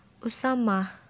Usama